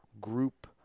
group